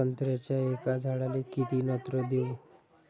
संत्र्याच्या एका झाडाले किती नत्र देऊ?